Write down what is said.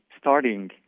starting